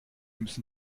müssen